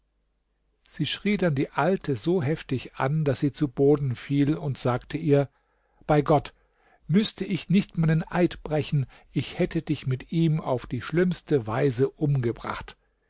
sie schrie dann die alte so heftig an daß sie zu boden fiel und sagte ihr bei gott müßte ich nicht meinen eid brechen ich hätte dich mit ihm auf die schlimmste weise umgebracht